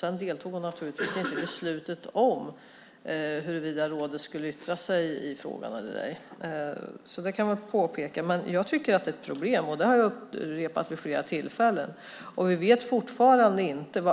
Sedan deltog hon naturligtvis inte i beslutet om huruvida rådet skulle yttra sig i frågan eller ej. Det kan väl påpekas. Jag tycker att det är ett problem, och det har jag upprepat vid flera tillfällen. Vi vet fortfarande inte om